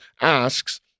asks